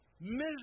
miserable